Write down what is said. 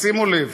תשימו לב.